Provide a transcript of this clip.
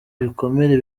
ibikomere